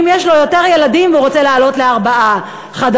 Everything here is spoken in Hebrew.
אם יש לו יותר ילדים והוא רוצה לעלות לארבעה חדרים.